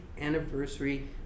anniversary